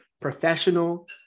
professional